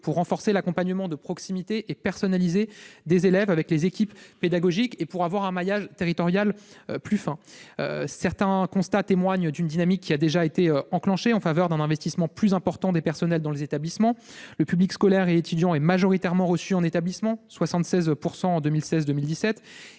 pour renforcer l'accompagnement de proximité des élèves et des équipes pédagogiques, et parvenir à un maillage territorial plus fin. Certains constats témoignent d'une dynamique déjà enclenchée en faveur d'un investissement plus important des personnels dans les établissements. Ainsi, le public scolaire et étudiant est majoritairement reçu en établissement- à hauteur